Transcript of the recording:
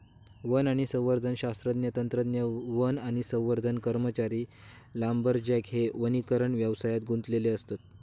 one आणि संवर्धन शास्त्रज्ञ, तंत्रज्ञ, वन आणि संवर्धन कर्मचारी, लांबरजॅक हे वनीकरण व्यवसायात गुंतलेले असत